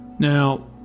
Now